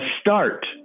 start